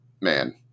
man